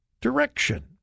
direction